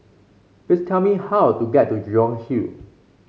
please tell me how to get to Jurong Hill